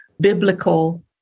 biblical